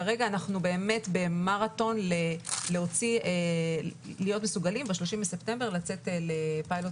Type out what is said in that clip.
כרגע אנחנו באמת במרתון להיות מסוגלים ב-30 בספטמבר לצאת לפיילוט